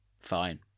fine